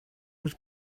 was